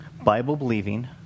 Bible-believing